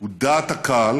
הוא דעת הקהל